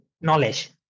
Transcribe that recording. knowledge